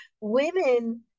women